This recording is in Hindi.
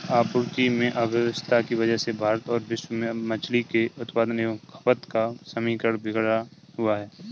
आपूर्ति में अव्यवस्था की वजह से भारत और विश्व में मछली के उत्पादन एवं खपत का समीकरण बिगड़ा हुआ है